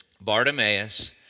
Bartimaeus